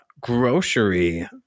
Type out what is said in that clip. grocery